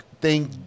Thank